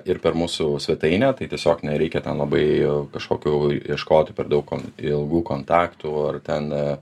ir per mūsų svetainę tai tiesiog nereikia ten labai kažkokių ieškot per daug kon ilgų kontaktų ar ten